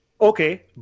Okay